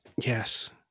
yes